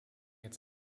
its